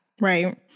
Right